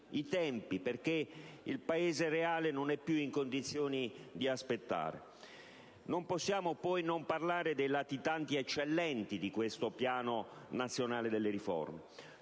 i tempi, perché il Paese reale non è più in condizioni di aspettare. Non possiamo poi non parlare dei latitanti eccellenti di questo PNR. Sul tema delle